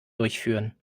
durchführen